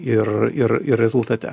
ir ir ir rezultate